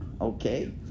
okay